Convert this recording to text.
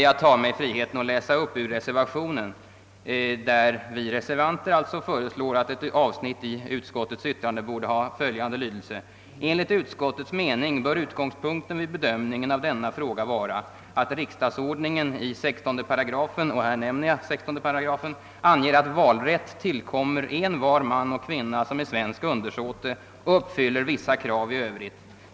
Jag tar mig friheten att citera från reservationen, där vi föreslår att ett avsnitt i utskot tets utlåtande borde ha följande lydelse: »Enligt utskottets mening bör utgångspunkten vid bedömningen av denna fråga vara, att riksdagsordningen i 16 § anger att ”valrätt tillkommer en var man och kvinna som är svensk undersåte” och uppfyller vissa krav i övrigt.